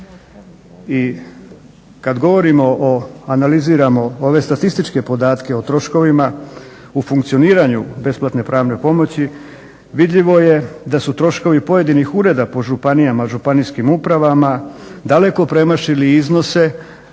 o, analiziramo ove statističke podatke o troškovima u funkcioniranju besplatne pravne pomoći vidljivo je da su troškovi pojedinih ureda po županijama, županijskim upravama daleko premašili iznose